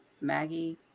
Maggie